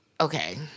okay